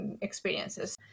experiences